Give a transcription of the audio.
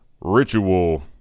ritual